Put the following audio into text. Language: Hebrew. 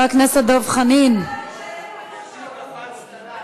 לא נעשה שום דבר,